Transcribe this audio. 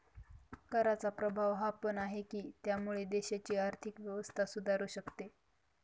कराचा प्रभाव हा पण आहे, की त्यामुळे देशाची आर्थिक व्यवस्था सुधारू शकते